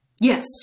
yes